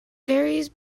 varies